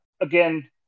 again